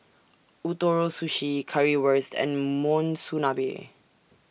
Ootoro Sushi Currywurst and Monsunabe